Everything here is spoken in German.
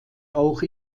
auch